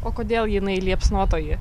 o kodėl jinai liepsnotoji